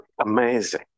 amazing